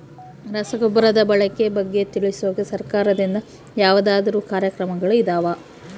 ರಸಗೊಬ್ಬರದ ಬಳಕೆ ಬಗ್ಗೆ ತಿಳಿಸೊಕೆ ಸರಕಾರದಿಂದ ಯಾವದಾದ್ರು ಕಾರ್ಯಕ್ರಮಗಳು ಇದಾವ?